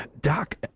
Doc